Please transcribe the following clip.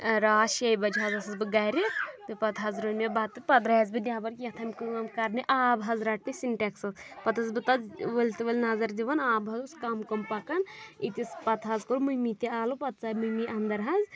رات شیٚیہِ بَجہِ حظ ٲسٕس بہٕ گَرِ تہٕ پَتہٕ حظ روٚن مےٚ بَتہٕ پَتہٕ داریس بہٕ نیٚبر کیٚنٛہہ تام کٲم کَرنہِ آب حظ رَٹنہِ سنٹیکسس پَتہ ٲسٕس بہٕ اَتھ ؤلۍ تہِ ؤلۍ نظر دِوان آب حظ اوس کَم کَم پَکان ییٖتِس پَتہٕ حظ کُر مٔمی تہِ آلو پَتہٕ ژاے مٔمی اَنٛدر حظ